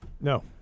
No